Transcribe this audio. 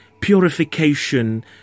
purification